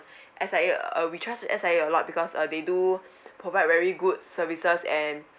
S_I_A uh we trust S_I_A a lot because uh they do provide very good services and